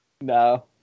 No